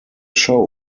show